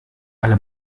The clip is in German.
alle